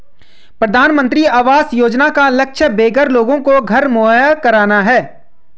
प्रधानमंत्री आवास योजना का लक्ष्य बेघर लोगों को घर मुहैया कराना है